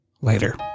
Later